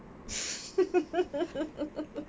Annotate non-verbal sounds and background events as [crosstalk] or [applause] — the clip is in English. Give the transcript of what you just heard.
[laughs]